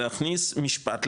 להכניס משפט,